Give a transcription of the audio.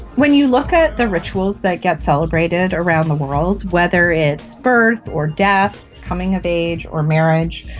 when you look at the rituals that gets celebrated around the world, whether it's birth or death, coming of age or marriage,